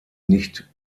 nicht